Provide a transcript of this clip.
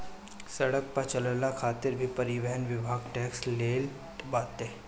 सड़क पअ चलला खातिर भी परिवहन विभाग टेक्स लेट बाटे